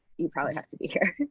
you probably have to be here.